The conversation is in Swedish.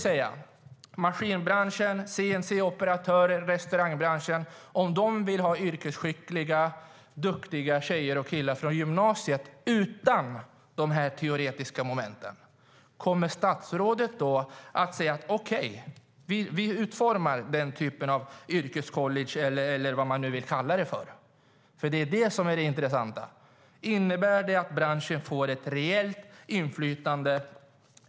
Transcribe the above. Om maskinbranschen, CNC-operatörerna och restaurangbranschen vill ha yrkesskickliga, duktiga tjejer och killar från gymnasiet utan de teoretiska momenten, kommer statsrådet då att säga: Okej, vi utformar den typen av yrkescollege - eller vad man nu vill kalla det? Det är det intressanta. Innebär det att branschen får ett reellt inflytande?